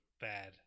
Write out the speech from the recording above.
bad